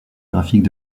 graphique